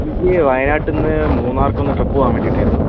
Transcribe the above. എനിക്ക് വയനാട്ടിൽ നിന്ന് മൂന്നാർക്ക് ഒന്ന് ട്രിപ്പ് പോവാൻ വേണ്ടിയിട്ടായിരുന്നു